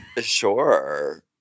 Sure